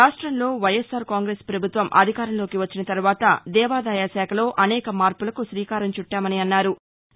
రాష్టంలో వైఎస్సార్ కాంగ్రెస్ పభుత్వం అధికారంలోకి వచ్చిన తర్వాత దేవాదాయ శాఖలో అనేక మార్పులకు శీకారం చుట్టామన్నారు